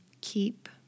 Keep